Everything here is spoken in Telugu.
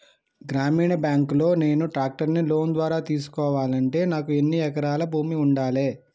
గ్రామీణ బ్యాంక్ లో నేను ట్రాక్టర్ను లోన్ ద్వారా తీసుకోవాలంటే నాకు ఎన్ని ఎకరాల భూమి ఉండాలే?